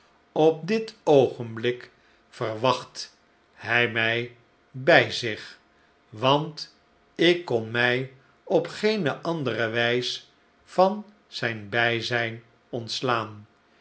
op dit oogenblik verwacht hij mi bij zich want ikkon mij op geene andere wijs van zijn bijzijn ontslaan